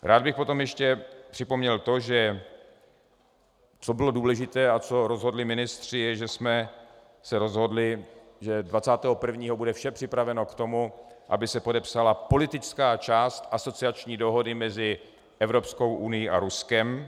Rád bych potom ještě připomněl to, že co bylo důležité a co rozhodli ministři, je, že jsme se rozhodli, že 21. bude vše připraveno k tomu, aby se podepsala politická část asociační dohody mezi Evropskou unií a Ruskem .